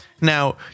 now